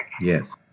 Yes